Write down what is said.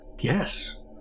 Yes